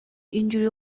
اینجوری